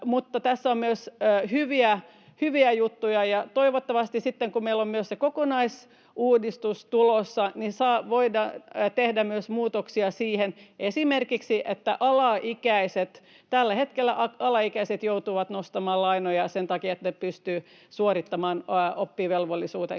tässä on myös hyviä juttuja. Toivottavasti sitten, kun meillä on myös se kokonaisuudistus tulossa, voidaan tehdä muutoksia esimerkiksi myös siihen, että tällä hetkellä alaikäiset joutuvat nostamaan lainoja sen takia, että pystyvät suorittamaan oppivelvollisuutensa.